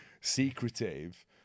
secretive